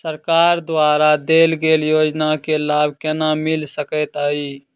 सरकार द्वारा देल गेल योजना केँ लाभ केना मिल सकेंत अई?